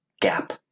Gap